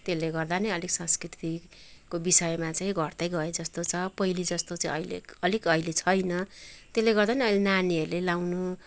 त्यसले गर्दा नै अलिक संस्कृतिको विषयमा चाहिँ घट्तै गएजस्तो छ पहिलेजस्तो चाहिँ अहिले अलिक अहिले छैन त्यसले गर्दा नि अहिले नानीहरूले लाउनु